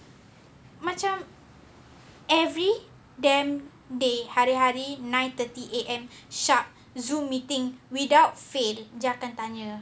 macam every damn day hari-hari nine thirty A_M sharp zoom meeting without fail dia akan tanya